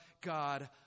God